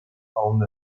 owned